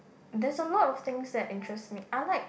there's a lot of things that interest me I like